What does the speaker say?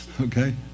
Okay